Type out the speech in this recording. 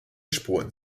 spuren